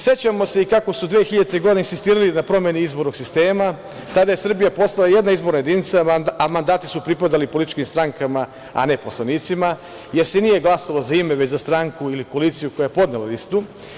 Sećamo se i kako su 2000. godine insistirali na promene izbornog sistema tada je Srbija postala jedna izboran jedinica, a mandati su pripadali političkim strankama, a ne poslanicima, jer se nije glasalo za ime, već za stranku ili koaliciju koja je podnela listu.